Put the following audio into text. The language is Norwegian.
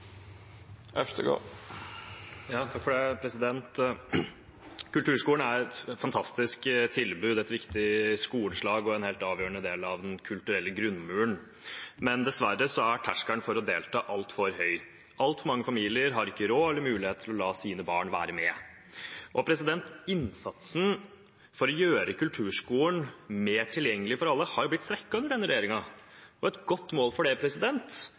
Kulturskolen er et fantastisk tilbud, et viktig skoleslag og en helt avgjørende del av den kulturelle grunnmuren. Men dessverre er terskelen for å delta altfor høy. Altfor mange familier har ikke råd eller mulighet til å la sine barn være med. Innsatsen for å gjøre kulturskolen mer tilgjengelig for alle har blitt svekket under denne regjeringen. Et godt mål på det